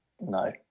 no